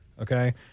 okay